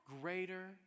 greater